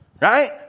right